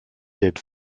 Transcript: did